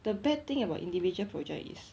the bad thing about individual project is